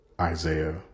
isaiah